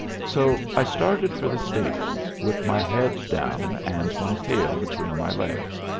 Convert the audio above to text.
so i started for the stables, with my head down and my tail between my legs,